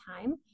time